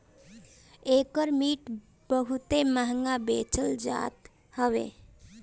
एकर meat बहुते महंग बेचल जात हवे